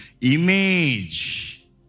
Image